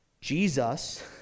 Jesus